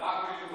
רק מילים טובות.